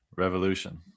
revolution